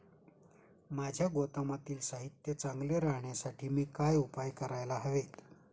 माझ्या गोदामातील साहित्य चांगले राहण्यासाठी मी काय उपाय काय करायला हवेत?